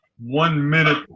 one-minute